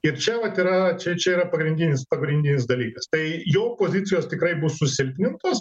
ir čia vat yra čia čia yra pagrindinis pagrindinis dalykas tai jo pozicijos tikrai bus susilpnintos